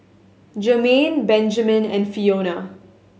Jermaine Benjamen and Fiona